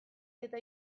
eta